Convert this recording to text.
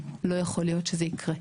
לא יכול להיות שזה יקרה.